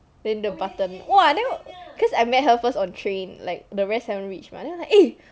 then the button !wah! then cause I met her first on train like the rest haven't reached mah then I was like eh